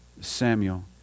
Samuel